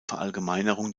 verallgemeinerung